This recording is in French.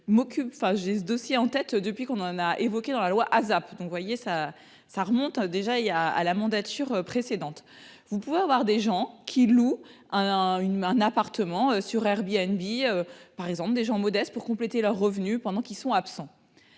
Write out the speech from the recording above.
j'ai ce dossier en tête depuis qu'on en a évoqué dans la loi ASAP, voyez, ça, ça remonte déjà il y a à la mandature précédente. Vous pouvez avoir des gens qui louent un une un appartement sur herbe. Par exemple, des gens modestes pour compléter leurs revenus pendant qu'ils sont absents.